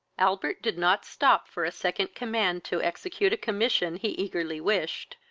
albert did not stop for a second command to execute a commission he eagerly wished.